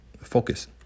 Focus